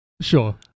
sure